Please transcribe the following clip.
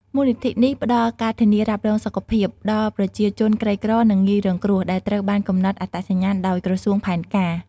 មូលនិធិនេះផ្តល់ការធានារ៉ាប់រងសុខភាពដល់ប្រជាជនក្រីក្រ និងងាយរងគ្រោះ ដែលត្រូវបានកំណត់អត្តសញ្ញាណដោយក្រសួងផែនការ។